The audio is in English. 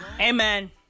Amen